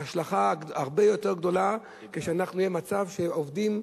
וההשלכה תהיה הרבה יותר גדולה כשאנחנו נהיה במצב שעובדים,